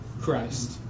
Christ